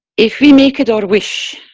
if we make it our wish,